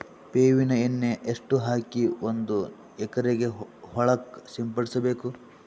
ಬೇವಿನ ಎಣ್ಣೆ ಎಷ್ಟು ಹಾಕಿ ಒಂದ ಎಕರೆಗೆ ಹೊಳಕ್ಕ ಸಿಂಪಡಸಬೇಕು?